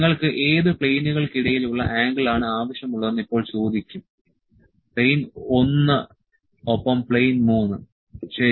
നിങ്ങൾക്ക് ഏത് പ്ലെയിനുകൾക്ക് ഇടയിൽ ഉള്ള ആംഗിൾ ആണ് ആവശ്യമുള്ളതെന്ന് ഇപ്പോൾ ചോദിക്കും പ്ലെയിൻ ഒന്നു ഒപ്പം പ്ലെയിൻ മൂന്ന് ശരി